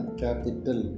capital